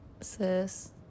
sis